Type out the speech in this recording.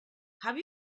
have